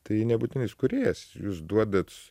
tai nebūtinai jis kūrėjas jūs duodat